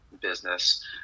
business